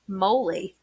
moly